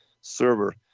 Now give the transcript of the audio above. server